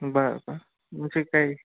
बर बर म्हणजे काही